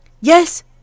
Yes